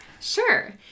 Sure